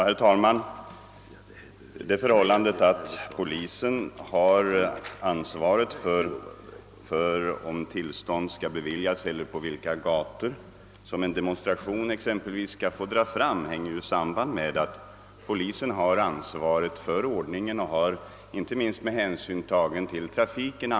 Herr talman! Det förhållandet att polisen har ansvaret för om tillstånd skall beviljas eller t.ex. på vilka gator som en demonstration skall få äga rum hänger ju samman med att polisen har ansvaret för ordningen inte minst med hänsyn till trafiken.